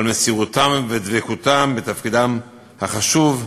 על מסירותם ודבקותם בתפקידם החשוב,